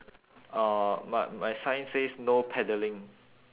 uh my my sign says no paddling